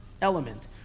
element